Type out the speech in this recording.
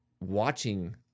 watching